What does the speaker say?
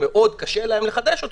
מאוד קשה להם לחדשו,